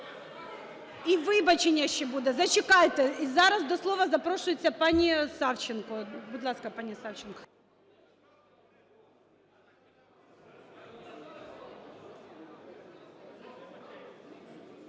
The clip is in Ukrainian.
І вибачення ще буде. Зачекайте. Зараз до слова запрошується пані Савченко. Будь ласка, пані Савченко.